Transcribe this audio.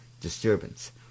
disturbance